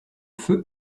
feu